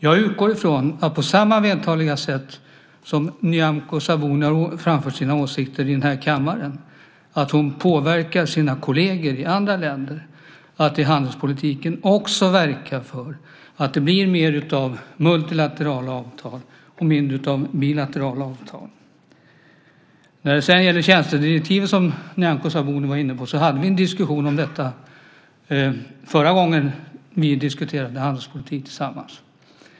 Jag utgår från att Nyamko Sabuni på samma vältaliga sätt som hon har framfört sina åsikter här i kammaren påverkar sina kolleger i andra länder att i handelspolitiken också verka för att det blir mer av multilaterala avtal och mindre av bilaterala avtal. Tjänstedirektivet, som Nyamko Sabuni var inne på, hade vi en diskussion om förra gången vi diskuterade handelspolitik tillsammans.